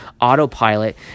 autopilot